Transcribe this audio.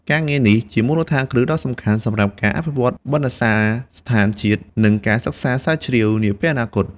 ការងារនេះជាមូលដ្ឋានគ្រឹះដ៏សំខាន់សម្រាប់ការអភិវឌ្ឍបណ្ណសារដ្ឋានជាតិ និងការសិក្សាស្រាវជ្រាវនាពេលអនាគត។